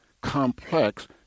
complex